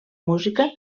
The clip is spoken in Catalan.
música